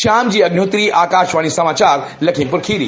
श्यामजी अग्निहोत्री आकाशवाणी समाचार लखीमपुर खीरी